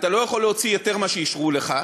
אתה לא יכול להוציא יותר ממה שאישרו לך,